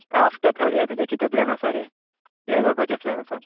after third year तुजे कितें plan आसा रे कितें करपाचें प्लॅन आसा